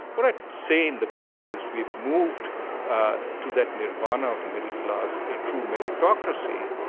what i say in the book is we've moved ah to that nirvana of the middle class, a true meritocracy.